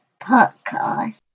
podcast